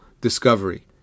discovery